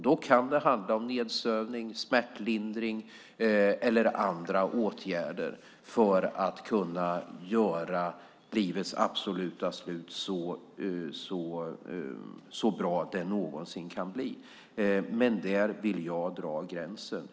Då kan det handla om nedsövning, smärtlindring eller andra åtgärder för att kunna göra livets absoluta slut så bra det någonsin kan bli. Men där vill jag dra gränsen.